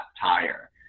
tire